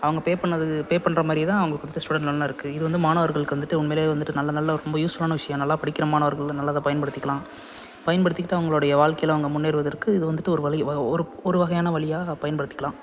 அவங்க பே பண்ணதுக்கு பே பண்ணுற மாதிரி தான் அவங்க கொடுத்த ஸ்டூடண்ட் லோன்லாம் இருக்குது இது வந்து மாணவர்களுக்கு வந்துட்டு உண்மையிலே இது வந்துட்டு நல்ல நல்ல ரொம்ப யூஸ்ஃபுல்லான விஷயம் நல்லா படிக்கிற மாணவர்கள் வந்து நல்லா அதை பயன்படுத்திக்கலாம் பயன்படுத்திக்கிட்டு அவங்களுடைய வாழ்க்கையில் அவங்க முன்னேறுவதற்கு இது வந்துட்டு ஒரு வழி வ ஒரு ஒரு வகையான வழியாக பயன்படுத்திக்கலாம்